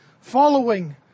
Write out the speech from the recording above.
following